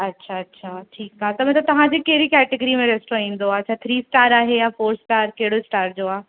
अच्छा अच्छा ठीकु आहे त मतिलब तव्हांजी कहिड़ी कैटेगरी में रेस्टोरेंट ईंदो आहे छा थ्री स्टार आहे या फ़ोर स्टार कहुड़ो स्टार जो आहे